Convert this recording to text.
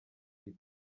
iyi